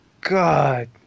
God